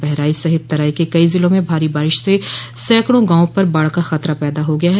बहराइच सहित तराई के कई जिलों में भारी बारिश से सैकड़ों गांवों पर बाढ़ का खतरा पैदा हो गया है